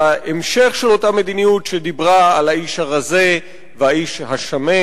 זה ההמשך של אותה מדיניות שדיברה על האיש הרזה והאיש השמן.